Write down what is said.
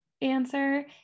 answer